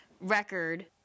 record